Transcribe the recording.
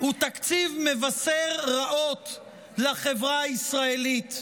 הוא תקציב מבשר רעות לחברה הישראלית.